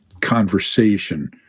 conversation